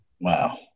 Wow